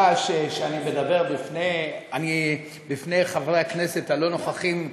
אני חש שאני מדבר לפני חברי הכנסת הלא-נוכחים,